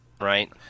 right